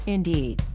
Indeed